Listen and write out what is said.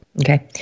Okay